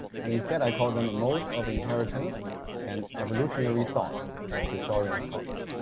and instead i call them and modes of inheritance and evolutionary thoughts as historians call them